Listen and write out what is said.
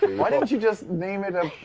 and why didn't you just name it a